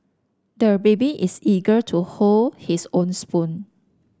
the baby is eager to hold his own spoon